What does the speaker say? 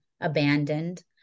abandoned